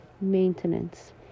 maintenance